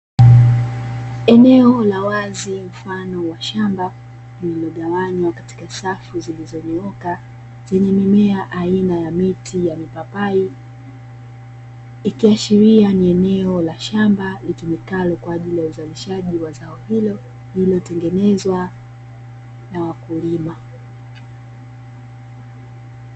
Eneo la wazi mfano wa shamba lililogawanywa katika safu zilizonyooka zenye mimea aina ya miti ya mipapai, ikiashiria ni eneo la shamba litumikalo kwa ajili ya uzalishaji wa zao hilo lilotengenezwa na wakulima.